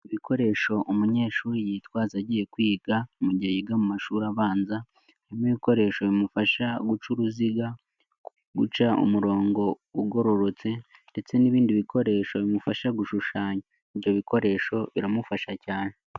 Ibikoresho umunyeshuri yitwaza agiye kwiga mu gihe yiga mu mashuri abanza harimo ibikoresho bimufasha guca uruziga, guca umurongo ugororotse ndetse n'ibindi bikoresho bimufasha gushushanya. ibyo bikoresho biramufasha cyane.